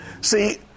See